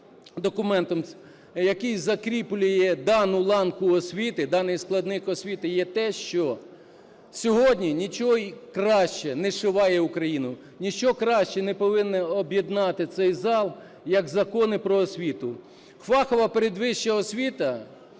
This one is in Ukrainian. документом, який закріплює дану ланку освіти, даний складник освіти, є те, що сьогодні нічого краще не зшиває Україну, ніщо краще не повинно об'єднати цей зал, як закони про освіту. Фахова передвища освіта